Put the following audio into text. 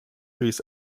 his